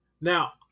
Now